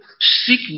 Seek